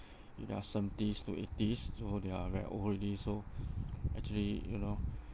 in their seventies to eighties so they are very old already so actually you know